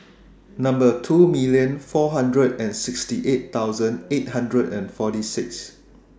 two million four hundred and sixty eight thousand eight hundred and Fort six